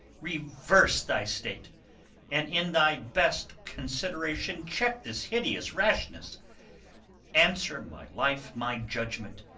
reverse thy state and in thy best consideration check this hideous rashness answer my life my judgment,